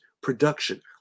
production